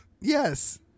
Yes